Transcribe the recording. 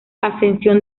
ascensión